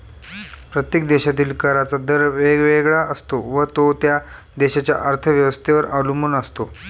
प्रत्येक देशातील कराचा दर वेगवेगळा असतो व तो त्या देशाच्या अर्थव्यवस्थेवर अवलंबून असतो